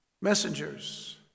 messengers